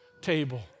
table